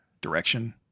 direction